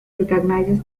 recognizes